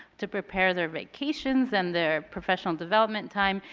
to prepare their vacations and their professional development time.